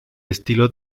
estilo